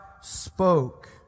spoke